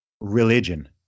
religion